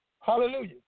Hallelujah